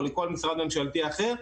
או לכל משרד ממשלתי אחר,